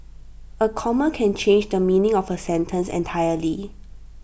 A comma can change the meaning of A sentence entirely